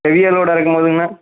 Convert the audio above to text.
பெரிய லோடு இறக்குமோதுங்ணா